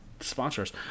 sponsors